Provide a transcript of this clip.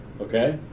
Okay